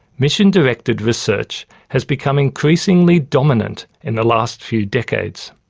mission-directed research has become increasingly dominant in the last few decades.